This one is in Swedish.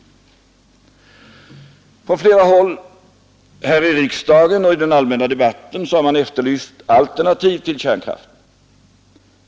Från flera håll här i riksdagen och i den allmänna debatten har man efterlyst alternativ till kärnkraften.